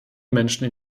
menschen